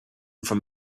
from